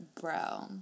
bro